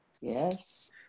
Yes